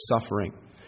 suffering